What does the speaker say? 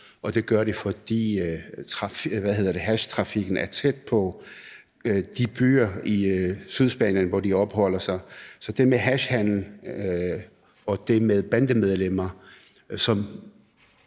og det gør de, fordi hashtrafikken er tæt på de byer i Sydspanien, hvor de opholder sig. Så i forhold til det med hashhandel og det med bandemedlemmer